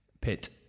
pit